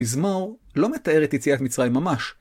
מזמור לא מתאר את יציאת מצרים ממש.